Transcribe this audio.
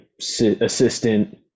assistant